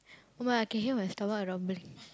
!oh-my! I can hear my stomach rumbling